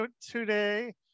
today